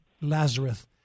Lazarus